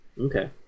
okay